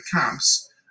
camps